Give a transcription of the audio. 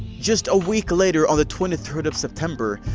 just a week later on the twenty third of september,